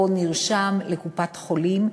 או נרשם לקופת-חולים,